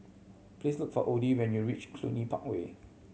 please look for Odie when you reach Cluny Park Way